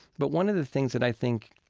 but one of the things that i think,